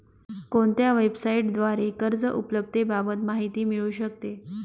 कोणत्या वेबसाईटद्वारे कर्ज उपलब्धतेबाबत माहिती मिळू शकते?